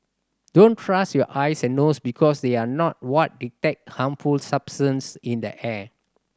don't trust your eyes and nose because they are not what detect harmful substance in the air